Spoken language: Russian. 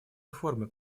реформы